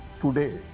today